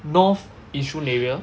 north yishun area